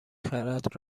خرد